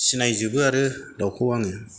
सिनायजोबो आरो दाउखौ आङो